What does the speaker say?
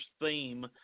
theme